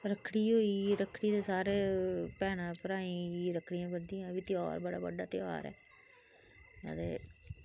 रक्खडी होई गेई रक्खडी ते सारे भैना भ्रां गी रक्खडी बनदियां ऐ बी त्योहार बडा़ बड्डा ध्यार ऐ ते